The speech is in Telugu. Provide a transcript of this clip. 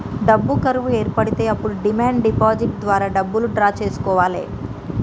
డబ్బు కరువు ఏర్పడితే అప్పుడు డిమాండ్ డిపాజిట్ ద్వారా డబ్బులు డ్రా చేసుకోవాలె